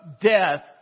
death